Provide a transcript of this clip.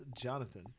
jonathan